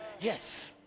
Yes